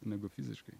negu fiziškai